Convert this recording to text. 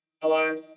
Hello